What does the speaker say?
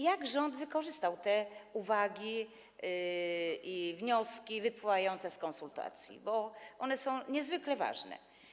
Jak rząd wykorzystał te uwagi i wnioski wypływające z konsultacji, bo one są niezwykle ważne?